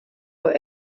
were